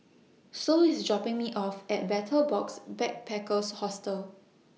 Sol IS dropping Me off At Betel Box Backpackers Hostel